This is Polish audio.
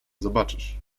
zobaczysz